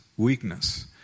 weakness